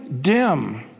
dim